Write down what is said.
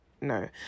no